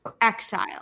Exile